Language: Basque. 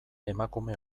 emakume